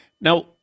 Now